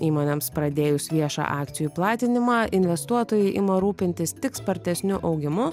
įmonėms pradėjus viešą akcijų platinimą investuotojai ima rūpintis tik spartesniu augimu